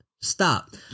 Stop